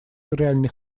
реальный